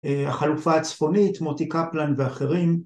‫החלופה הצפונית, ‫מוטי קפלן ואחרים.